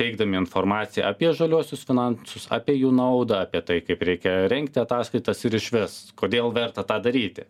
teikdami informaciją apie žaliuosius finansus apie jų naudą apie tai kaip reikia rengti ataskaitas ir išvis kodėl verta tą daryti